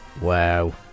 Wow